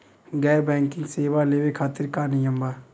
गैर बैंकिंग सेवा लेवे खातिर का नियम बा?